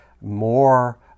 more